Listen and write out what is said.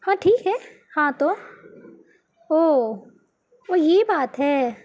ہاں ٹھیک ہے ہاں تو او وہ یہ بات ہے